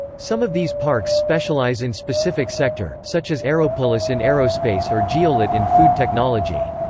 some of these parks specialize in specific sector, such as aeropolis in aerospace or geolit in food technology.